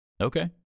Okay